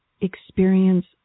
experience